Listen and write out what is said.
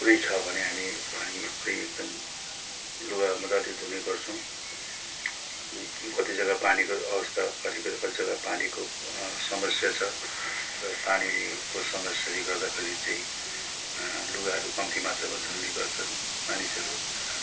पुरै छ भने हामी पानी चाहिँ एकदम लुगा मजाले लुगाहरू धुने गर्छौँ कति जगा पानीको अवस्था कतिपय पानीको समस्या छ र पानीको समस्याले गर्दाखेरि चाहिँ लुगाहरू कम्ती मात्रमा धुने गर्छन् मानिसहरू